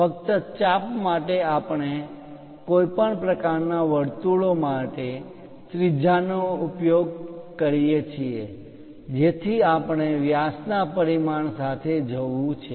ફક્ત ચાપ આર્ક માટે આપણે કોઈપણ પ્રકારના વર્તુળો માટે ત્રિજ્યા નો ઉપયોગ કરીએ છીએ જેથી આપણે વ્યાસ ના પરિમાણ સાથે જવું છે